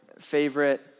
favorite